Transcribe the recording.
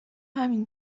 همین